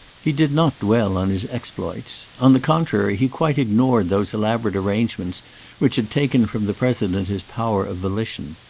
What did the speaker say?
he did not dwell on his exploits. on the contrary he quite ignored those elaborate arrangements which had taken from the president his power of volition.